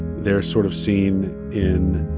they're sort of seen in,